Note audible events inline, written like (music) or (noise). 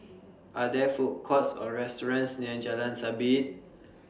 (noise) Are There Food Courts Or restaurants near Jalan Sabit